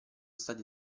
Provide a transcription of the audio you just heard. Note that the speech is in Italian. stati